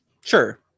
Sure